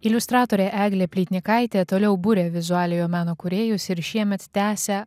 iliustratorė eglė plytnikaitė toliau buria vizualiojo meno kūrėjus ir šiemet tęsia